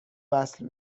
وصل